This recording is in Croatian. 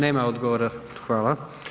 Nema odgovora, hvala.